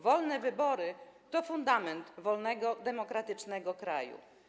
Wolne wybory to fundament wolnego, demokratycznego kraju.